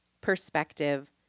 Perspective